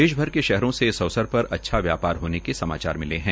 देश भर के शहरों से इस अवसर पर अच्छा व्यापार होने की समाचार मिले है